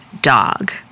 dog